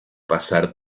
pasar